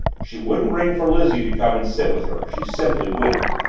she wouldn't ring for lizzie to come and sit with her, she simply wouldn't.